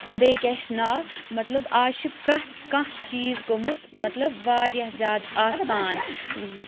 بیٚیہِ کیاہ چھِ ناو مَطلَب آز چھِ پرٛٮ۪تھ کانٛہہ چیٖز گوٚمُت مَطلَب واریاہ زِیادٕ آسان